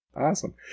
Awesome